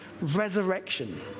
resurrection